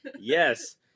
Yes